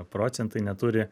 procentai neturi